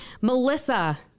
Melissa